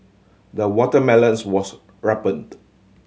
the watermelons was ripened